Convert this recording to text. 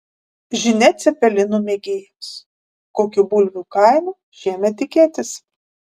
žinia cepelinų mėgėjams kokių bulvių kainų šiemet tikėtis